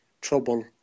trouble